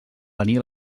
venir